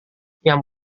yang